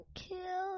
kill